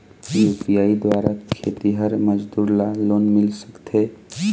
UPI द्वारा खेतीहर मजदूर ला लोन मिल सकथे?